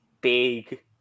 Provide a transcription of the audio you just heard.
big